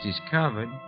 discovered